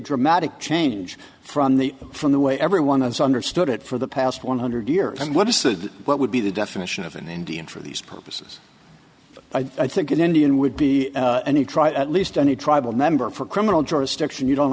dramatic change from the from the way everyone has understood it for the past one hundred years and what is that what would be the definition of an indian for these purposes i think an indian would be and you try at least any tribal member for criminal jurisdiction you don't